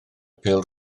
pêl